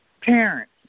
parents